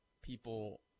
people